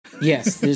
yes